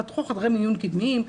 פתחו חדרי מיון קדמיים,